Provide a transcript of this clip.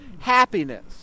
happiness